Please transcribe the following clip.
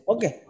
Okay